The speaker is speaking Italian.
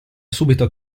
subito